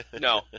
No